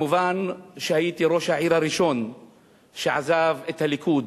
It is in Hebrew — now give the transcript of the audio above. מובן שהייתי ראש העיר הראשון שעזב את הליכוד,